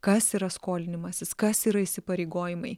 kas yra skolinimasis kas yra įsipareigojimai